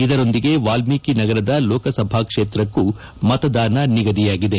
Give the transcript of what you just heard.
ಇದರೊಂದಿಗೆ ವಾಲ್ಮೀಕಿ ನಗರದ ಲೋಕಸಭಾ ಕ್ಷೇತ್ರಕ್ಕೂ ಮತದಾನ ನಡೆಯಲಿದೆ